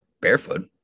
barefoot